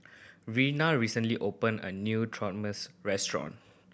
Reina recently opened a new Trenmusu restaurant